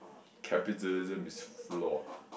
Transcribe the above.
capitalism is flawed